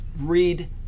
read